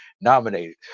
nominated